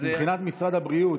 מבחינת משרד הבריאות,